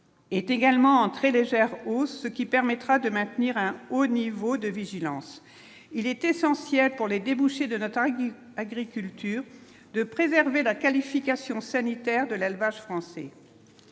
sanitaire de l'alimentation est également en très légère hausse, ce qui permettra de maintenir un haut niveau de vigilance, il est essentiel pour les débouchés de notre agriculture, de préserver la qualification sanitaire de l'élevage français,